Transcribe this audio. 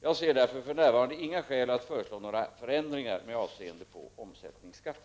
Jag ser därför för närvarande inga skäl att föreslå några förändringar med avseende på omsättningsskatten.